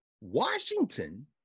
Washington